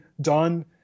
done